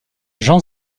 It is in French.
jean